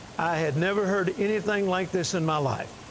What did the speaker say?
had never heard anything like this in my life.